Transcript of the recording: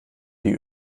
die